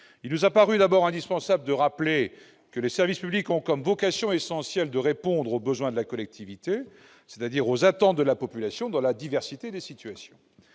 Il nous a d'abord paru indispensable de rappeler que les services publics ont pour vocation essentielle de répondre aux besoins de la collectivité, c'est-à-dire aux attentes de la population dans la diversité des situations.